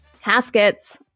Caskets